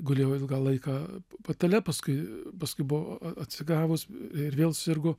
gulėjau ilgą laiką patale paskui paskui buvo atsigavus ir vėl sirgo